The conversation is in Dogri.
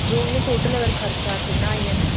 ते इ'यां टोटल अगर खर्चा किन्ना आई जाना